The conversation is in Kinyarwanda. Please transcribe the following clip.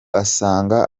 asanga